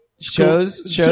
Shows